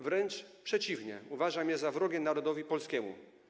Wręcz przeciwnie, uważam je za wrogie narodowi polskiemu.